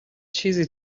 چیزی